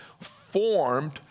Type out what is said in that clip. formed